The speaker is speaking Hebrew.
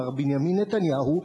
מר בנימין נתניהו,